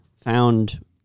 found